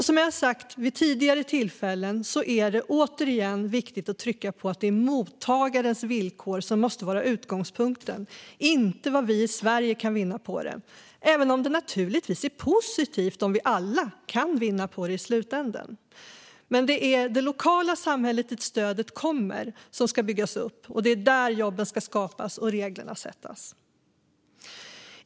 Som jag har sagt vid tidigare tillfällen är det, återigen, viktigt att trycka på att det är mottagarens villkor som måste vara utgångspunkten för biståndet, inte vad vi i Sverige kan vinna på det - även om det naturligtvis är positivt om vi alla kan vinna på det i slutänden. Men det är det lokala samhälle dit stödet kommer som ska byggas upp, och det är där jobben ska skapas och reglerna sättas.